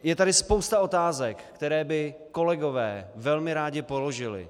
Je tady spousta otázek, které by kolegové velmi rádi položili.